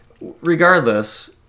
Regardless